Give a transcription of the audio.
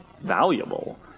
valuable